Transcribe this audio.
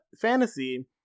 fantasy